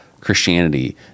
Christianity